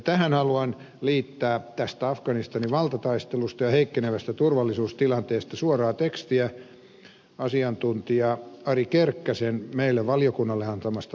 tähän haluan liittää tästä afganistanin valtataistelusta ja heikkenevästä turvallisuustilanteesta suoraa tekstiä asiantuntija ari kerkkäsen meille valiokunnalle antamasta lausunnosta